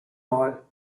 mal